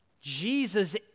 Jesus